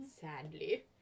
sadly